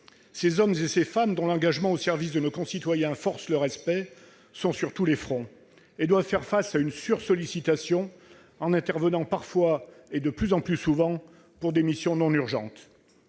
Ces hommes et ces femmes, dont l'engagement au service de nos concitoyens force le respect, sont sur tous les fronts et doivent faire face à une sursollicitation en intervenant parfois, et de plus en plus souvent, pour accomplir des missions non urgentes.